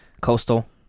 Coastal